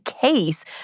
case